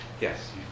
Yes